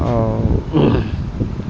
اور